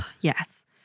Yes